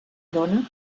dóna